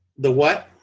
the what?